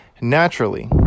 naturally